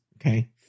Okay